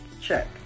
check